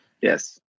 Yes